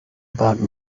about